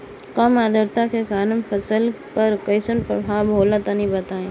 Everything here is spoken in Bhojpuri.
कम आद्रता के कारण फसल पर कैसन प्रभाव होला तनी बताई?